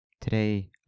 Today